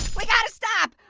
we gotta stop.